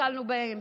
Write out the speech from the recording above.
נתקלנו בהם.